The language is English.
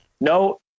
No